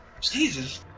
Jesus